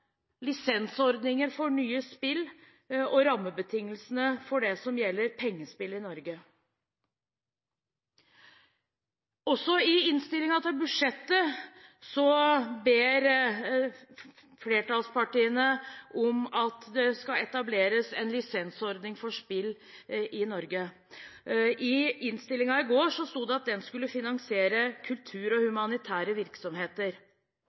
lisensordninger for nye spill og rammebetingelsene for det som gjelder pengespill i Norge. Også i innstillingen til budsjett ber flertallspartiene om at det etableres en lisensordning for spill i Norge. I innstillingen, som ble behandlet i går, sto det at den skulle finansiere kultur og humanitære virksomheter.